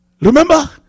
Remember